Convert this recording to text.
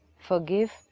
Forgive